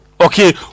okay